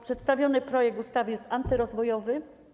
Przedstawiony projekt ustawy jest antyrozwojowy.